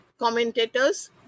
commentators